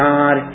God